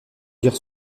dire